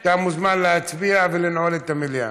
אתה מוזמן להצביע ולנעול את המליאה.